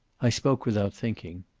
i spoke without thinking.